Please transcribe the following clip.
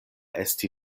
esti